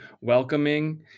welcoming